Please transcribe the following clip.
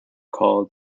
called